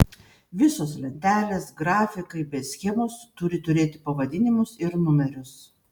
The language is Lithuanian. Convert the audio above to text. visos lentelės grafikai bei schemos turi turėti pavadinimus ir numerius